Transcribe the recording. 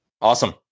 Awesome